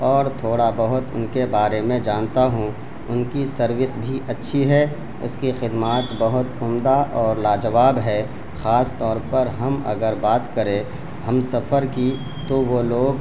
اور تھوڑا بہت ان کے بارے میں جانتا ہوں ان کی سروس بھی اچھی ہے اس کی خدمات بہت عمدہ اور لا جواب ہے خاص طور پر ہم اگر بات کریں ہم سفر کی تو وہ لوگ